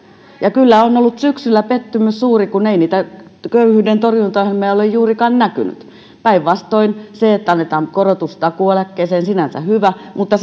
ja kyllä on ollut syksyllä pettymys suuri kun ei niitä köyhyydentorjuntaohjelmia ole juurikaan näkynyt päinvastoin se että annetaan korotus takuueläkkeeseen on sinänsä hyvä mutta